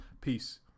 Peace